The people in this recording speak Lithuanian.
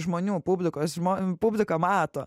žmonių publikos publika mato